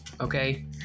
okay